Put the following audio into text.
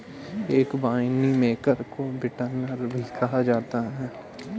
एक वाइनमेकर को विंटनर भी कहा जा सकता है